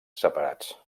separats